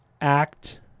act